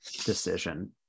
decision